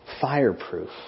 fireproof